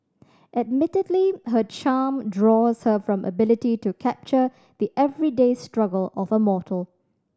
admittedly her charm draws her from ability to capture the everyday struggle of a mortal